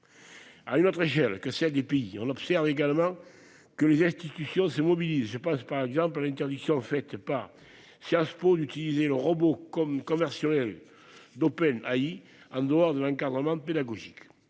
À une autre échelle que celle des pays, on observe également que des institutions se mobilisent. Je pense par exemple à l'interdiction par Sciences Po d'utiliser le robot conversationnel d'OpenAI en dehors d'un encadrement pédagogique.